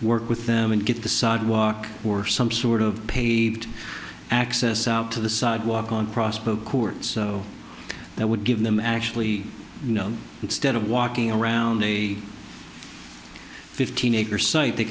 work with them and get the sidewalk or some sort of paved access to the sidewalk on crossbow courts that would give them actually you know instead of walking around a fifteen acre site they